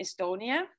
Estonia